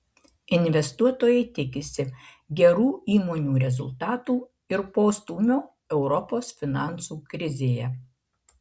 investuotojai tikisi gerų įmonių rezultatų ir postūmio europos finansų krizėje